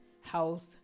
house